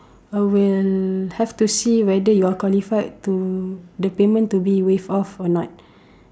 I will have to see whether you are qualified to the payment to be waived off or not